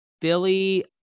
billy